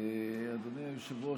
אדוני היושב-ראש,